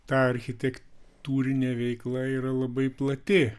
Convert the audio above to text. ta architektūrinė veikla yra labai plati